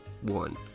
one